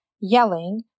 yelling